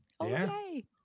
Okay